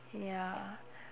ya